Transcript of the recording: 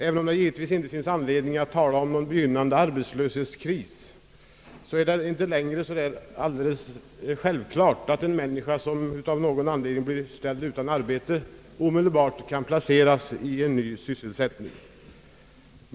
Även om det givetvis inte finns anledning att tala om någon begynnande arbetslöshetskris, så är det inte längre alldeles självklart, att en människa som av någon anledning blir utan arbete omedelbart kan ges en ny anställning.